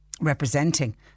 representing